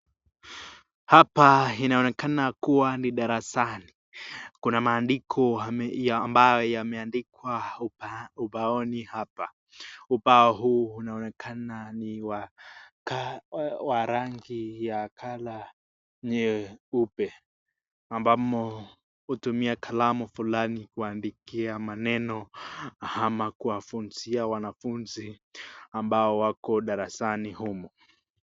hapa inaonekana kuwa ni darasani, kuna maandiko ambao yameandikwa ubaoni hapa, ubao huu unaonekana ni wa rangi ya colour nyeupe ambano utumia kalamu fulani kuandikia maneno ama kuafunzia wanafunzi ambao wako darasani humu.